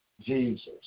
Jesus